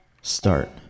start